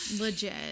legit